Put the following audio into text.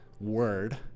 word